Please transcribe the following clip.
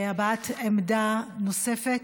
הבעת עמדה נוספת.